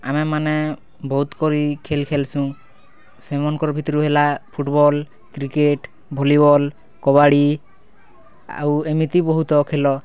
ଆମେମାନେ ବହୁତ୍ କରି ଖେଲ୍ ଖେଲ୍ସୁଁ ସେମାନ୍କର୍ ଭିତ୍ରୁ ହେଲା ଫୁଟ୍ବଲ୍ କ୍ରିକେଟ୍ ଭଲିବଲ୍ କବାଡ଼ି ଆଉ ଏମିତି ବହୁତ୍ ଖେଲ